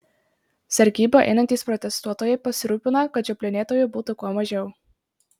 sargybą einantys protestuotojai pasirūpina kad žioplinėtojų būtų kuo mažiau